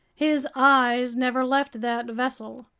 his eyes never left that vessel.